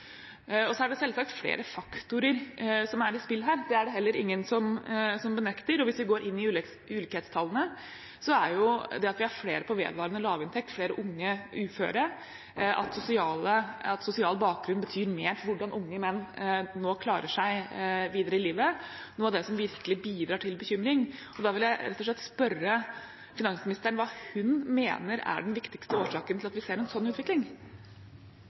Så er det selvsagt flere faktorer som er i spill her, det er det heller ingen som benekter. Hvis vi går inn i ulikhetstallene, er det at vi har flere på vedvarende lavinntekt, at vi har flere unge uføre, og at sosial bakgrunn betyr mer for hvordan unge menn nå klarer seg videre i livet, noe av det som virkelig bidrar til bekymring. Da vil jeg rett og slett spørre finansministeren hva hun mener er den viktigste årsaken til at vi ser en slik utvikling.